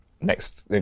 next